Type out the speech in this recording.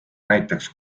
näiteks